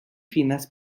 finas